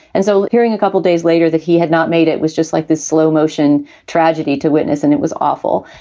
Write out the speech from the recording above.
and so hearing a couple days later that he had not made it was just like this slow motion tragedy to witness and it was awful.